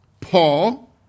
Paul